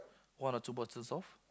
one or two bottles of